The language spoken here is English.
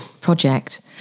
project